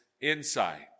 insight